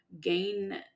gain